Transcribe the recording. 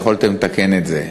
יכולתם לתקן את זה,